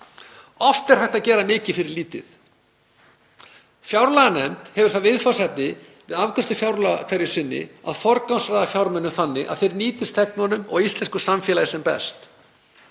Oft er hægt að gera mikið fyrir lítið. Fjárlaganefnd hefur það viðfangsefni við afgreiðslu fjárlaga hverju sinni að forgangsraða fjármunum þannig að þeir nýtist þegnunum og íslensku samfélagi sem best.